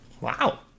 Wow